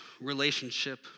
relationship